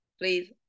Please